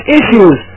issues